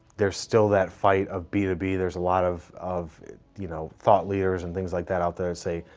there's still that fight of b two b. there's a lot of of you know thought leaders and things like that out there to say,